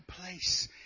place